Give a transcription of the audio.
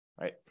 right